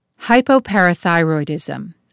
Hypoparathyroidism